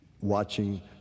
watching